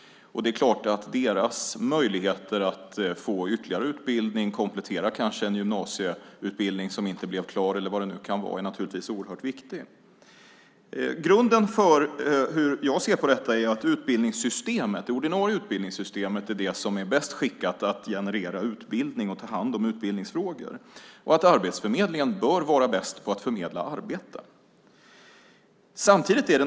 Deras möjligheter att få ytterligare utbildning, till exempel komplettera en gymnasieutbildning som inte blev klar, är oerhört viktiga. Grunden för hur jag ser på detta är att det är det ordinarie utbildningssystemet som är bäst skickat att generera utbildning och ta hand om utbildningsfrågor. Arbetsförmedlingen bör vara bäst på att förmedla arbeten.